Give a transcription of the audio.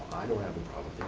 i don't have a problem